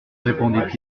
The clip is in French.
répondit